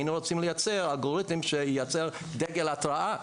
היינו רוצים לייצר אלגוריתם שייצר דגל התרעה.